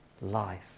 life